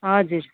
हजुर